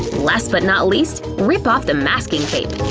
last but not least, rip off the masking tape.